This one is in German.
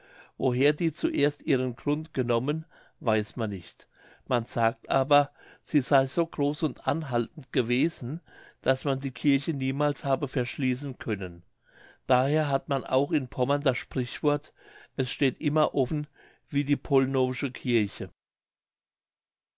woher die zuerst ihren grund genommen weiß man nicht man sagt aber sie sey so groß und anhaltend gewesen daß man die kirche niemals habe verschließen können daher hat man auch noch in pommern das sprichwort es steht immer offen wie die pollnowsche kirche